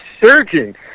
surging